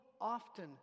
often